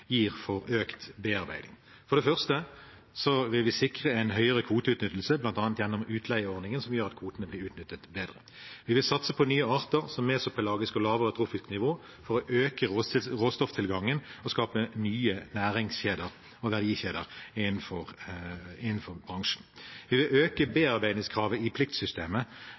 økt bearbeiding. For det første vil vi sikre en høyere kvoteutnyttelse, bl.a. gjennom utleieordningen, som gjør at kvotene blir utnyttet bedre. Vi vil satse på nye arter, som mesopelagiske arter og arter på lavere trofisk nivå, for å øke råstofftilgangen og skape nye næringskjeder og verdikjeder innenfor bransjen. Vi vil øke bearbeidingskravet i pliktsystemet,